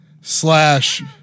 slash